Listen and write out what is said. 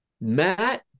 Matt